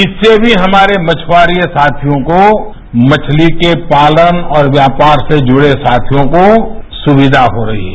इससे भी हमारे मछुआरे साधियाँको मछती के पालन और व्यापार से जुड़े साथियों को सुक्षिया हो रही है